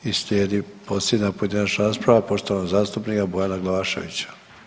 I slijedi posljednja pojedinačna rasprava poštovanog zastupnika Bojana Glavaševića.